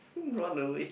hmm run away